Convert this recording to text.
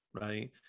right